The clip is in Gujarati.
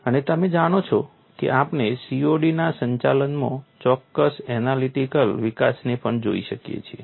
અને તમે જાણો છો કે આપણે COD ના સંચાલનમાં ચોક્કસ એનાલિટિકલ વિકાસને પણ જોઈ શકીએ છીએ